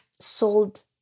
sold